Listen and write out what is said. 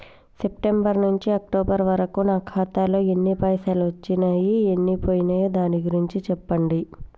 September నుంచి October వరకు నా ఖాతాలో ఎన్ని పైసలు వచ్చినయ్ ఎన్ని పోయినయ్ దాని గురించి చెప్పండి?